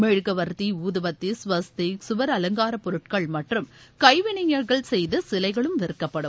மெழுகுவர்த்திஊதுவத்திசுவஸ்திக் சுவர் அலங்காரப்பொருட்கள் மற்றும் கைவினைஞர்கள் செய்தசிலைகளும்விற்கப்படும்